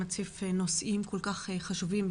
אתה מציף נושאים כל כך חשובים,